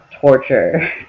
torture